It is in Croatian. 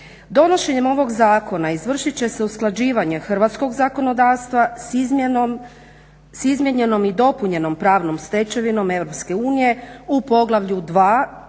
Donošenjem ovog zakona izvršit će se usklađivanje hrvatskog zakonodavstva s izmijenjenom i dopunjenom pravnom stečevinom EU u Poglavlju 2.